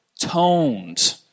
toned